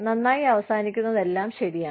നന്നായി അവസാനിക്കുന്നതെല്ലാം ശരിയാണ്